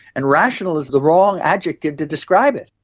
and rational is the wrong adjective to describe it.